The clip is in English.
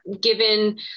given